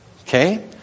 Okay